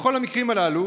בכל המקרים הללו,